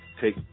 take